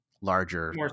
larger